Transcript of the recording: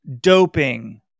Doping